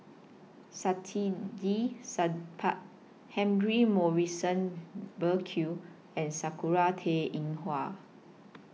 Saktiandi Supaat Humphrey Morrison Burkill and Sakura Teng Ying Hua